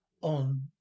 on